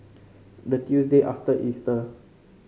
the Tuesday after Easter